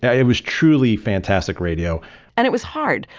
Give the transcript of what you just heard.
yeah it was truly fantastic radio and it was hard.